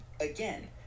Again